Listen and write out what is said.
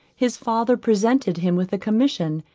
his father presented him with a commission,